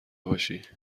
باشی